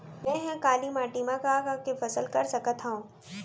मै ह काली माटी मा का का के फसल कर सकत हव?